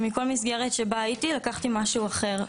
מכל מסגרת שבה הייתי לקחתי משהו אחר.